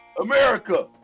America